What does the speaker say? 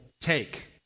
take